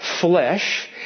flesh